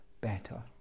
better